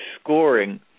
scoring